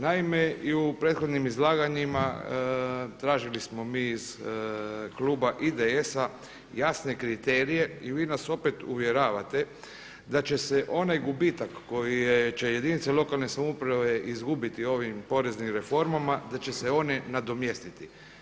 Naime, i u prethodnim izlaganjima tražili smo mi iz kluba IDS-a jasne kriterije i vi nas opet uvjeravate da će se onaj gubitak koji će jedinice lokalne samouprave izgubiti ovim poreznim reformama da će se one nadomjestiti.